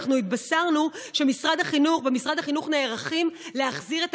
אנחנו התבשרנו שבמשרד החינוך נערכים להחזיר את